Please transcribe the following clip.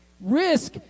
risk